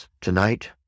Tonight